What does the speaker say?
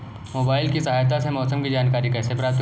Mobile की सहायता से मौसम की जानकारी कैसे प्राप्त करें?